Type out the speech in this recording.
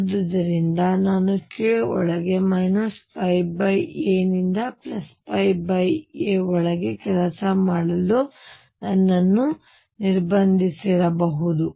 ಆದುದರಿಂದ ನಾನು k ಒಳಗೆ a ನಿಂದ a ಒಳಗೆ ಕೆಲಸ ಮಾಡಲು ನನ್ನನ್ನು ನಿರ್ಬಂಧಿಸಬಹುದು